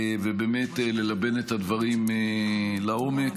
וללבן את הדברים לעומק.